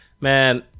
man